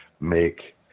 make